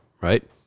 Right